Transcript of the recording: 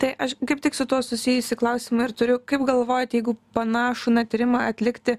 tai aš kaip tik su tuo susijusį klausimą ir turiu kaip galvojat jeigu panašų na tyrimą atlikti